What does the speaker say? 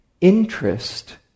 interest